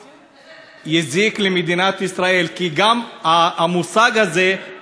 יזיק למדינת ישראל, כי גם המושג הזה, פג תוקפו,